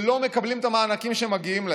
ולא מקבלים את המענקים שמגיעים להם.